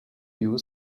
you